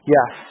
Yes